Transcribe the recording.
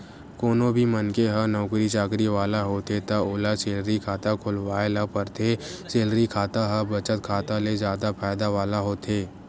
कोनो भी मनखे ह नउकरी चाकरी वाला होथे त ओला सेलरी खाता खोलवाए ल परथे, सेलरी खाता ह बचत खाता ले जादा फायदा वाला होथे